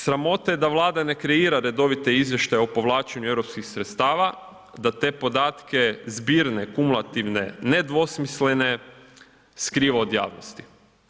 Sramota je da Vlada ne kreira redovite izvještaje o povlačenju eu sredstava, da te podatke zbirne, kumulativne, ne dvosmislene skriva od javnosti.